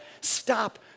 stop